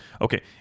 okay